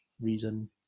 reason